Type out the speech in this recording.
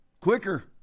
Quicker